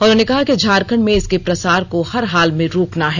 उन्होंने कहा कि झारखंड में इसके प्रसार को हर हाल में रोकना है